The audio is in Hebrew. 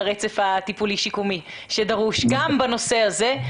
הרצף הטיפולי-שיקומי שדרוש גם בנושא הזה.